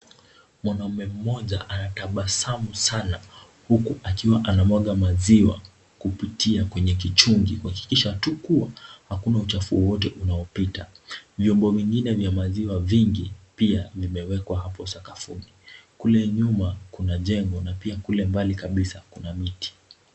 Mwanaume mmoja anatabasamu sana, uku akiwa anamwaga maziwa kupitia kwenye kichungi kuhakikisha tu kuwa hakuna uchafu wowote unaopita. Vyombo vingine vya maziwa vingi pia vimeekwa hapo sakafuni. Kule nyuma kuna jengo na pia kule mbali kabisa kuna miti.